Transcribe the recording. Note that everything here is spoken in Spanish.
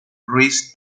ruiz